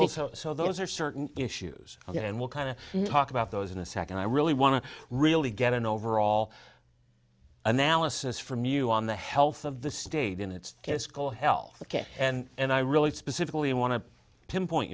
also so those are certain issues and we're kind of talk about those in a second i really want to really get an overall analysis from you on the health of the state in its case call health care and i really specifically want to pinpoint